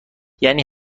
یعنی